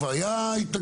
כבר היה התנגדויות,